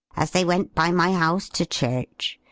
as they went by my house to church.